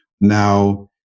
Now